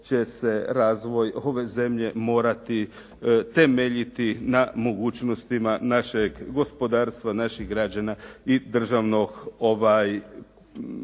razvoj ove zemlje morati temeljiti na mogućnostima našeg gospodarstva, naših građana i državnog proračuna.